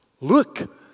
Look